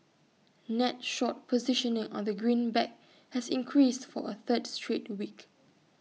net short positioning on the greenback has increased for A third straight week